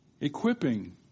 Equipping